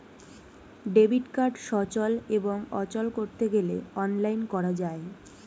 debit card সচল এবং অচল করতে গেলে অনলাইন করা যায়